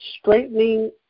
straightening